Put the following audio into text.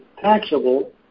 taxable